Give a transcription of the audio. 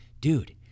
dude